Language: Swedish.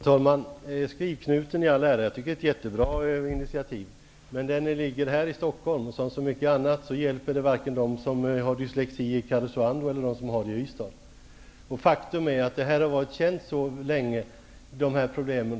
Herr talman! Skrivknuten i all ära, jag tycker att det är ett jättebra initiativ, men den ligger här i Stockholm. Som så mycket annat hjälper det varken de som har dyslexi i Karesuando eller de som har det i Ystad. Faktum är att de här problemen har varit kända mycket länge.